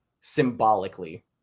symbolically